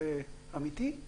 זה אמיתי?